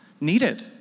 needed